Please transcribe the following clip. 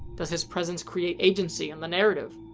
does his presence create agency in the narrative?